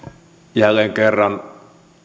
jälleen kerran